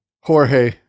Jorge